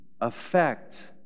affect